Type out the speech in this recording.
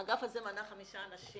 האגף הזה מנה חמישה אנשים